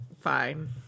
Fine